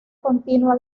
continua